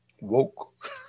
woke